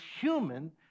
human